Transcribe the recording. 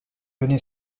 donné